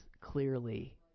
clearly